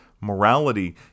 Morality